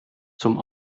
zum